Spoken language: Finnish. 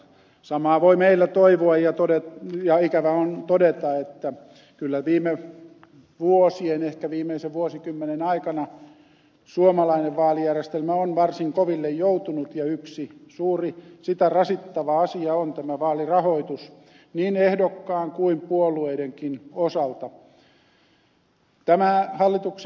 samaa voi meillä toivoa ja ikävä on todeta että kyllä viime vuosien ehkä viimeisen vuosikymmenen aikana suomalainen vaalijärjestelmä on varsin koville joutunut ja yksi suuri sitä rasittava asia on tämä vaalirahoitus niin ehdokkaan kuin puolueidenkin osalta